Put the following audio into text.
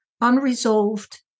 unresolved